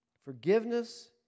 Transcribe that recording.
Forgiveness